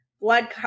blood